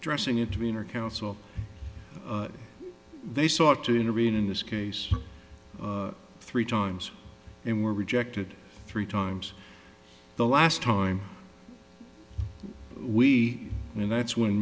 dressing intervenor counsel they sought to intervene in this case three times and were rejected three times the last time we and that's when